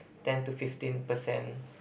ten to fifteen percent